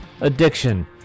addiction